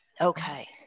okay